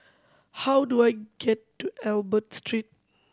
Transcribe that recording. how do I get to Albert Street